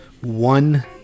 one